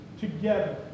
together